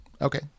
Okay